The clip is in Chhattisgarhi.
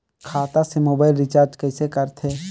खाता से मोबाइल रिचार्ज कइसे करथे